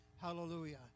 Hallelujah